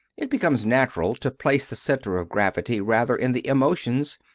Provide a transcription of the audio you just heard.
it becomes natural to place the centre of gravity rather in the emotions,